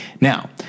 Now